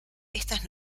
estas